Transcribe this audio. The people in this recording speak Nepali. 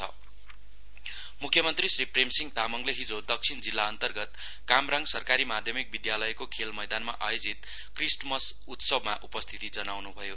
सीएम क्रिमस मुख्यमन्त्री श्री प्रेमसिंह तामाङले हिजो दक्षिण जिल्लाअन्तर्गत कामराङ सरकारी माध्यमिक विद्यालयको खेलमैदानमा आयोजित क्रिष्टमस उत्सवमा उपस्थिति जनाउनुभयो